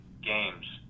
games